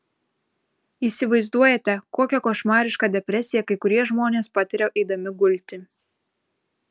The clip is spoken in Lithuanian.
įsivaizduojate kokią košmarišką depresiją kai kurie žmonės patiria eidami gulti